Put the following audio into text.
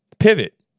pivot